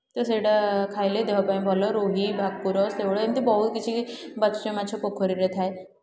ତ ସେଇଟା ଖାଇଲେ ଦେହ ପାଇଁ ଭଲ ରୋହୀ ଭାକୁର ଶେଉଳ ଏମିତି ବହୁତ କିଛି ମାଛ ପୋଖରୀରେ ଥାଏ